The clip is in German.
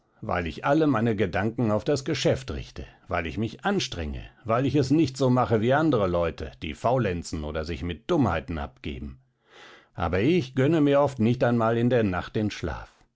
weil ich alle meine gedanken auf das geschäft richte weil ich mich anstrenge weil ich es nicht so mache wie andre leute die faulenzen oder sich mit dummheiten abgeben aber ich gönne mir oft nicht einmal in der nacht den schlaf